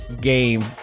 game